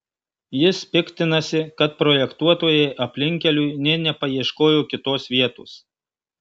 jis piktinasi kad projektuotojai aplinkkeliui nė nepaieškojo kitos vietos